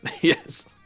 yes